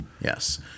Yes